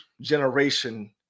generation